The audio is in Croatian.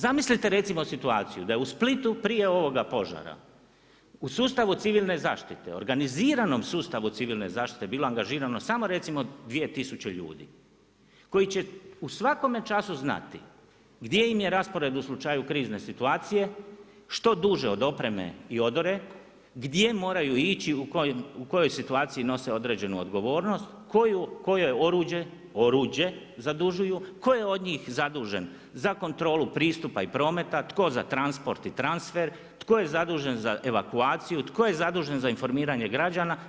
Zamislite recimo situaciju da u Splitu prije ovoga požara u sustavu civilne zaštite, organiziranom sustavu civilne zaštite bilo angažirano samo recimo 2 tisuće ljudi koji će u svakome času znati gdje im je raspored u slučaju krizne situacije, što duže od opreme i odore, gdje moraju ići, u kojoj situaciji nose određenu odgovornost, koje oruđe zadužuju, tko je od njih zadužen za kontrolu pristupa i prometa, tko za transport i transfer, tko je zadužen za evakuaciju, tko je zadužen za informiranje građana.